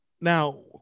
Now